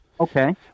Okay